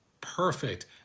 perfect